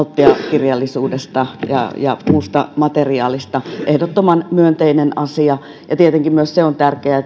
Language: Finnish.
kirjallisuudesta ja ja muusta materiaalista ehdottoman myönteinen asia ja tietenkin myös se on